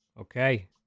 Okay